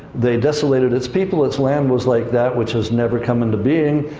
they desolated its people, its land was like that, which has never come into being.